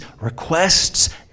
requests